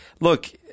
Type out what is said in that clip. look